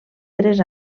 tres